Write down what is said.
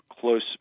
close